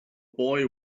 boy